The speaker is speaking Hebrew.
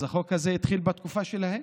אז החוק הזה התחיל בתקופה שלהם.